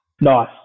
Nice